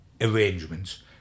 arrangements